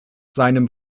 seinem